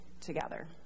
together